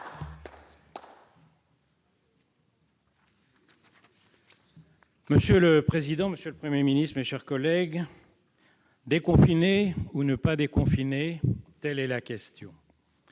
Monsieur le président, monsieur le Premier ministre, mes chers collègues, déconfiner ou ne pas déconfiner, telle est la question